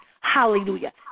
Hallelujah